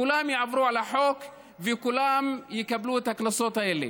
כולם יעברו על החוק וכולם יקבלו את הקנסות האלה.